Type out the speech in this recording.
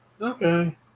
Okay